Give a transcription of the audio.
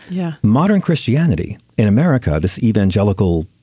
yeah modern christianity in america. this evangelical